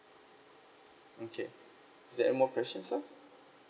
mm K is there any more questions sir